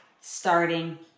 starting